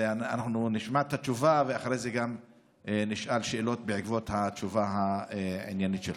נשמע את התשובה ואחרי זה גם נשאל שאלות בעקבות התשובה העניינית שלך.